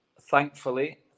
thankfully